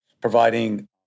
providing